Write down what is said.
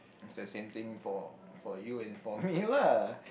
it's the same thing for for you and for me lah